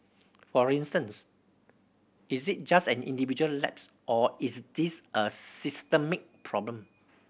for instance is it just an individual lapse or is this a systemic problem